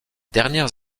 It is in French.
dernières